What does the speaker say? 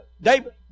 David